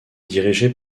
dirigée